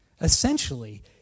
essentially